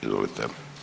Izvolite.